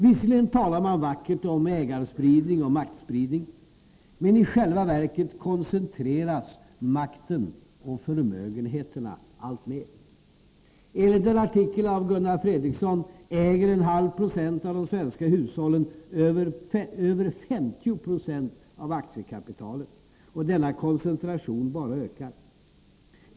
Visserligen talar man vackert om ägarspridning och maktspridning, men i själva verket koncentreras makten och förmögenheterna alltmer. Enligt en artikel av Gunnar Fredriksson äger en halv procent av de svenska hushållen över 50 960 av aktiekapitalet, och denna koncentration bara ökar.